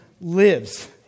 lives